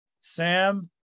sam